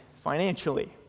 financially